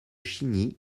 chigny